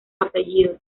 apellidos